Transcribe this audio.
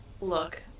Look